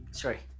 sorry